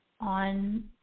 on